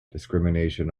discrimination